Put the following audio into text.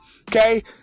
okay